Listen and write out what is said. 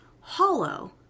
hollow